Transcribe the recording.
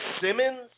Simmons